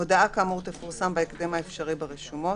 הודעה כאמור תפורסם בהקדם האפשרי ברשומות.